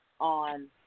on